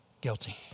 guilty